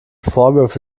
vorwürfe